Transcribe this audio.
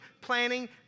planning